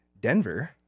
Denver